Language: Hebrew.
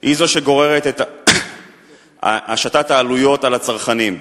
היא שגוררת את השתת העלויות על הצרכנים.